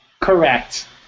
Correct